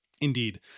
Indeed